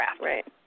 Right